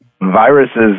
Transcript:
Viruses